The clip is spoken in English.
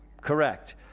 Correct